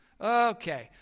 Okay